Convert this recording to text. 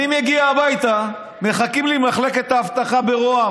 אני מגיע הביתה, מחכים לי ממחלקת האבטחה ברה"מ,